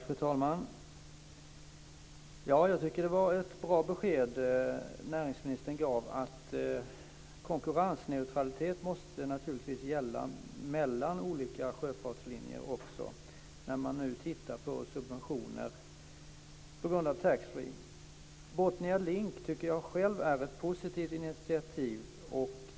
Fru talman! Jag tycker att det var ett bra besked näringsministern gav om att konkurrensneutralitet naturligtvis måste gälla mellan olika sjöfartslinjer när man nu tittar på subventioner på grund av att taxfreeförsäljningen skall upphöra. Jag tycker själv att Botnialink är ett positivt initiativ.